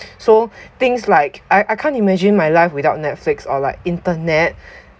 so things like I I can't imagine my life without netflix or like internet